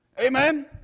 Amen